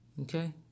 Okay